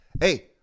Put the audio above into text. Hey